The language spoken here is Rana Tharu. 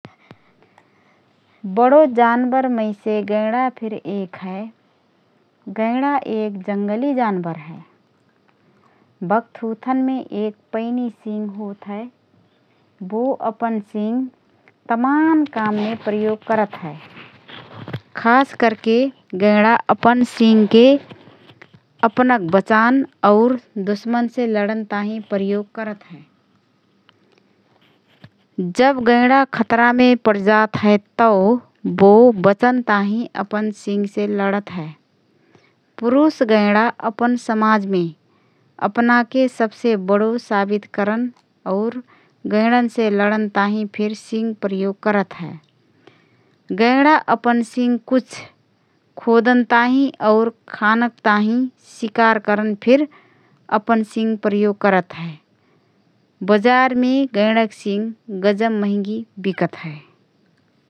बडो जानबरमैसे गैंडा फिर एक हए । गैंडा एक जङ्गली जानबर हए । बक थुतनमे एक पैनी सिङ होतहए । बो अपन सिङ् तमान काममे प्रयोग करत हए । खास करके गैंडा अपन सिङके अपनक बचान और दुश्मनसे लडन ताहिँ प्रयोग करत हए । जब गैंडा खतरामे पडजात हए तओ बो बचन ताहिँ अपन सिङसे लडत हए । पुरुष गैंडा अपन समाजमे अपनाके सबसे बडो साबित करन और गैंडनसे लडन ताहिँ फिर सिङ प्रयोग करत हए । गैंडा अपन सिङ कुछ खोदन ताहिँ और खानक ताहिँ शिकार करन फिर अपन सिङ प्रयोग करत हए । बजारमे गैंडक सिङ गजब महिंगी बिकत हए ।